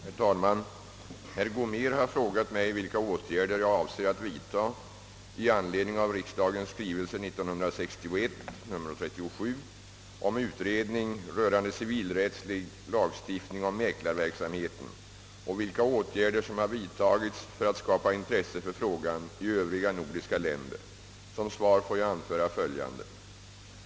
Herr talman! Herr Gomér har frågat mig vilka åtgärder jag avser att vidta i anledning av riksdagsskrivelse 1961: 37 om utredning rörande civilrättslig lagstiftning om mäklarverksamheten och vilka åtgärder som har vidtagits för att skapa intresse för frågan i övriga nordiska länder. Som svar får jag anföra följande.